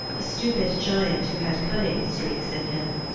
a stupid giant who had cunning streaks in him.